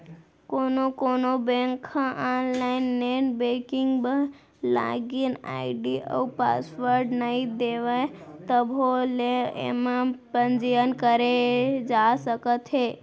कोनो कोनो बेंक ह आनलाइन नेट बेंकिंग बर लागिन आईडी अउ पासवर्ड नइ देवय तभो ले एमा पंजीयन करे जा सकत हे